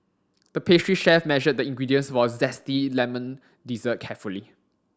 the pastry chef measured the ingredients for a zesty lemon dessert carefully